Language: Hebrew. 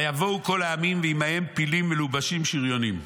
ויבואו כל העמים, ועמהם פילים מלובשים שריונים.